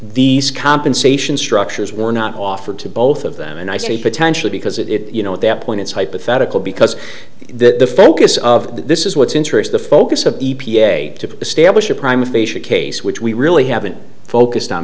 these compensation structures were not offered to both of them and i say potentially because it you know at that point it's hypothetical because the focus of this is what's interest the focus of e p a to establish a prime aphasia case which we really haven't focused on